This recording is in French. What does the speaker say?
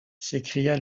s’écria